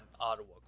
Ottawa